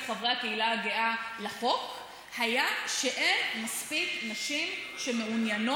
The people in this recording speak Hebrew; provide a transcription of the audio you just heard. חברי הקהילה הגאה לחוק היה שאין מספיק נשים שמעוניינות